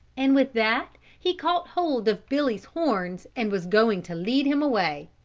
and with that he caught hold of billy's horns and was going to lead him away.